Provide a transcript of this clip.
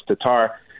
Tatar